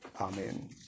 Amen